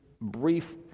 brief